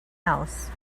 else